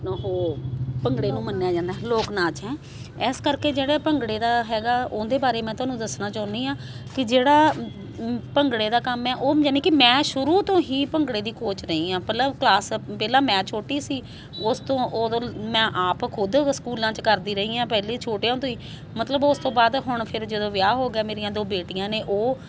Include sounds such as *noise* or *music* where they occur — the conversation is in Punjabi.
ਉਹ ਭੰਗੜੇ ਨੂੰ ਮੰਨਿਆ ਜਾਂਦਾ ਲੋਕ ਨਾਚ ਹੈ ਇਸ ਕਰਕੇ ਜਿਹੜਾ ਭੰਗੜੇ ਦਾ ਹੈਗਾ ਉਹਦੇ ਬਾਰੇ ਮੈਂ ਤੁਹਾਨੂੰ ਦੱਸਣਾ ਚਾਹੁੰਦੀ ਹਾਂ ਕਿ ਜਿਹੜਾ *unintelligible* ਭੰਗੜੇ ਦਾ ਕੰਮ ਹੈ ਉਹ ਯਾਣੀ ਕਿ ਮੈਂ ਸ਼ੁਰੂ ਤੋਂ ਹੀ ਭੰਗੜੇ ਦੀ ਕੋਚ ਰਹੀ ਆ ਭਲਾ ਕਲਾਸ ਪਹਿਲਾਂ ਮੈਂ ਛੋਟੀ ਸੀ ਉਸ ਤੋਂ ਓਦੋਂ ਮੈਂ ਆਪ ਖੁਦ ਸਕੂਲਾਂ 'ਚ ਕਰਦੀ ਰਹੀ ਹਾਂ ਪਹਿਲੇ ਛੋਟਿਆਂ ਤੋਂ ਹੀ ਮਤਲਬ ਉਸ ਤੋਂ ਬਾਅਦ ਹੁਣ ਫਿਰ ਜਦੋਂ ਵਿਆਹ ਹੋੋ ਗਿਆ ਮੇਰੀਆਂ ਦੋੋ ਬੇਟੀਆਂ ਨੇ ਉਹ